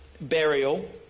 burial